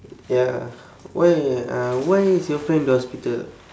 ya why uh why is your friend in the hospital